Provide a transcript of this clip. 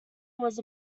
was